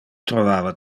trovava